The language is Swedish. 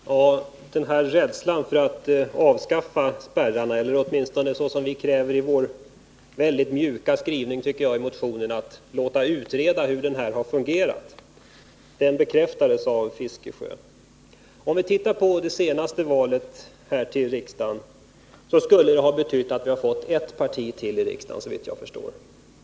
Fru talman! Denna rädsla för att avskaffa spärrarna eller åtminstone, som vi kräver i vår väldigt mjuka skrivning i motionen, låta utreda hur systemet har fungerat, bekräftades av Bertil Fiskesjö. Utan dessa spärrar skulle vi, såvitt jag förstår, vid det senaste riksdagsvalet ha fått ytterligare ett parti, dvs. kds.